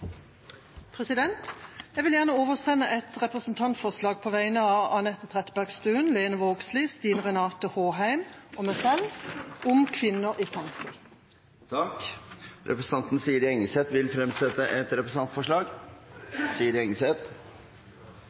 representantforslag. Jeg vil gjerne framsette et representantforslag på vegne av Anette Trettebergstuen, Lene Vågslid, Stine Renate Håheim og meg selv om kvinner i fengsel. Representanten Siri Engesæth vil fremsette et representantforslag.